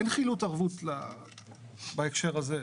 אין חילוט ערבות בהקשר הזה.